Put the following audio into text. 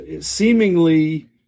seemingly